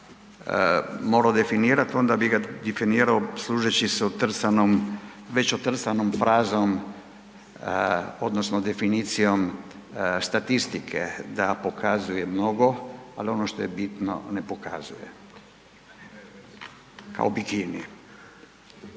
morao definirat, onda bi ga definirao služeći otrcanom, već otrcanom frazom odnosno definicijom statistike da pokazuje mnogo, ali ono što je bitno, ne pokazuje. Kao bikini.